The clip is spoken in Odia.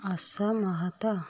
ଅସମହତ